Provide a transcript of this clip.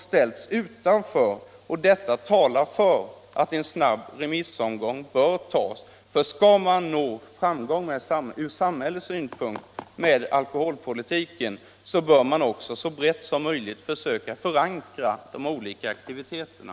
De ställs nu utanför, och detta talar för att en snabb remissomgång bör tas. Om man skall nå framgångar ur samhällets synpunkt med alkoholpolitiken, bör man också så brett som möjligt försöka förankra de olika aktiviteterna.